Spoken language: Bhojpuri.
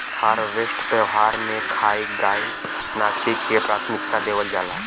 हार्वेस्ट त्यौहार में खाए, गाए नाचे के प्राथमिकता देवल जाला